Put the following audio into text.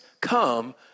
come